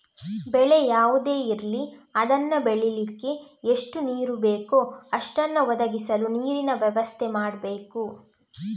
ಬೆಳೆ ಯಾವುದೇ ಇರ್ಲಿ ಅದನ್ನ ಬೆಳೀಲಿಕ್ಕೆ ಎಷ್ಟು ನೀರು ಬೇಕೋ ಅಷ್ಟನ್ನ ಒದಗಿಸಲು ನೀರಿನ ವ್ಯವಸ್ಥೆ ಮಾಡ್ಬೇಕು